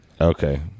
okay